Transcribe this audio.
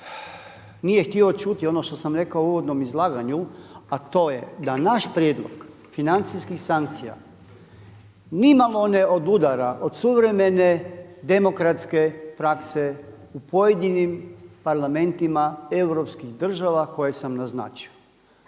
nije htio čuti ono što sam rekao u uvodnom izlaganju a to je da naš prijedlog financijskih sankcija ni malo odudara od suvremene demokratske prakse u pojedinim parlamentima europskih država koje sam naznačio.